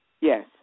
Yes